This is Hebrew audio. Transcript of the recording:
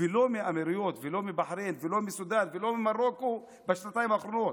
ולא מהאמירויות ולא מבחריין ולא מסודן ולא ממרוקו בשנתיים האחרונות,